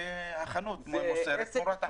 והחנות מוסרת תמורת עמלה.